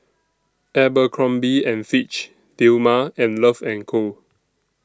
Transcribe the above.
Abercrombie and Fitch Dilmah and Love and Co